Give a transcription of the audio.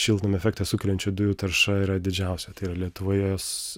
šiltnamio efektą sukeliančių dujų tarša yra didžiausia tai yra lietuvoje jos